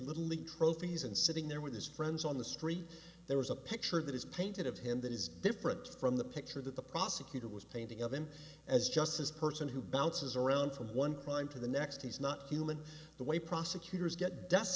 league trophies and sitting there with his friends on the street there was a picture that is painted of him that is different from the picture that the prosecutor was painting of him as just this person who bounces around from one crime to the next he's not feeling the way prosecutors get death